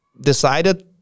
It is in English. decided